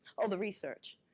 oh, the research,